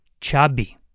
chubby